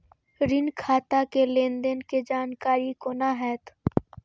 ऋण खाता के लेन देन के जानकारी कोना हैं?